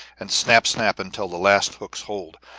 and snap, snap, until the last hook holds.